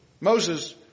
Moses